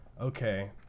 okay